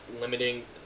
limiting